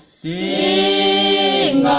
a